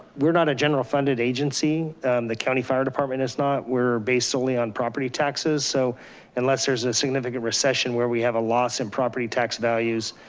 we're not a general funded agency. and the county fire department is not, we're based solely on property taxes. so unless there's a significant recession where we have a loss in property tax values,